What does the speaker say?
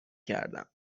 کردم